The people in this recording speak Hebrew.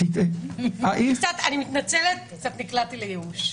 אני מתנצלת, קצת נקלעתי לייאוש.